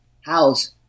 house